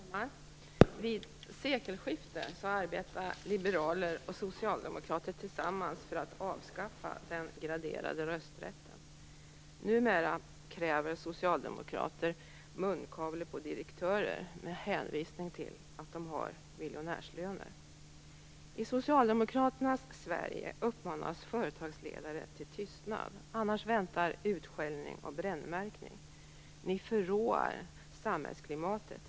Fru talman! Vid sekelskiftet arbetade liberaler och socialdemokrater tillsammans för att avskaffa den graderade rösträtten. Numera kräver socialdemokrater munkavle på direktörer med hänvisning till att de har miljonärslöner. I Socialdemokraternas Sverige uppmanas företagsledare till tystnad, annars väntar utskällning och brännmärkning. Ni förråar samhällsklimatet.